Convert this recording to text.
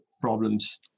problems